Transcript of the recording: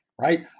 right